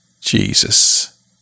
Jesus